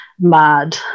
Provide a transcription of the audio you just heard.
mad